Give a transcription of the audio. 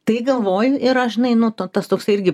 tai galvoju ir aš žinai nuo tas toksai irgi prisidedu